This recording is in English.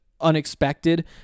unexpected